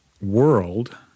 world